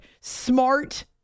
Smart